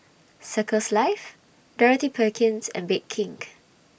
Circles Life Dorothy Perkins and Bake King